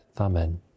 Amen